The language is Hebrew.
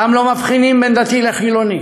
שם לא מבחינים בין דתי לחילוני,